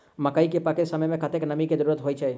मकई केँ पकै समय मे कतेक नमी केँ जरूरत होइ छै?